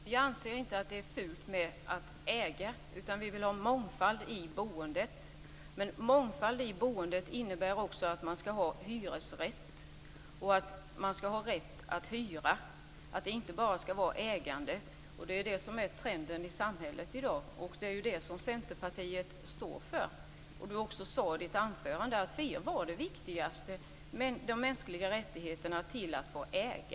Fru talman! Vi anser inte att det är fult att äga. Vad vi vill ha är mångfald i boendet. Men mångfald i boendet innebär att också hyresrätt skall finnas. Man skall ha rätt att hyra. Det skall alltså inte bara vara ägande men det är ju det som är trenden i samhället i dag och det är det som Centerpartiet står för. Du sade i ditt huvudanförande att viktigast för er är den mänskliga rättigheten att få äga.